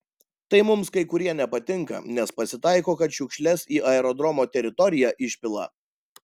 tai mums kai kurie nepatinka nes pasitaiko kad šiukšles į aerodromo teritoriją išpila